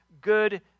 good